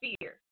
fear